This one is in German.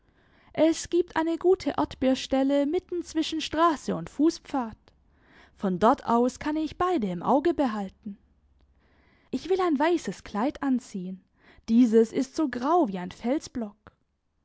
es gibt eine gute erdbeerstelle mitten zwischen straße und fußpfad von dort aus kann ich beide im auge behalten ich will ein weißes kleid anziehen dieses ist so grau wie ein felsblock